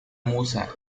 musa